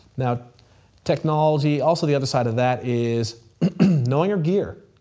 now technology, also the other side of that is knowing your gear.